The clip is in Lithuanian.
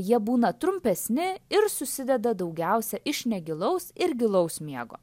jie būna trumpesni ir susideda daugiausia iš negilaus ir gilaus miego